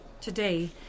today